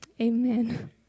amen